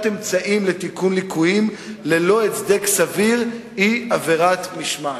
אמצעים לתיקון ליקויים ללא הצדק סביר הם עבירת משמעת.